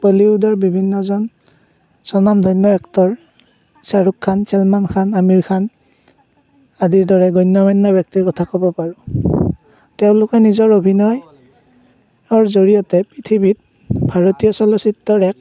বলিউডৰ বিভিন্নজন স্বনামধন্য এক্টৰ শ্বাহৰুখ খান চলমান খান আমিৰ খান আদিৰ দৰে গণ্যমান্য ব্যক্তিৰ কথা ক'ব পাৰোঁ তেওঁলোকে নিজৰ অভিনয়ৰ জৰিয়তে পৃথিৱীত ভাৰতীয় চলচ্চিত্ৰৰ এক